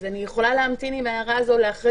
אני יכולה להמתין עם ההערה הזאת עד לאחר